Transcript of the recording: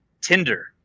Tinder